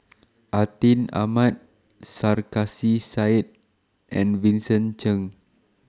Atin Amat Sarkasi Said and Vincent Cheng